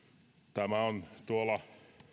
tämä on tuolla